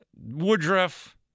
Woodruff